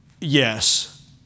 yes